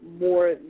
more